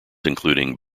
including